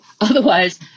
Otherwise